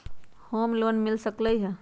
Home loan मिल सकलइ ह?